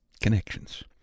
Connections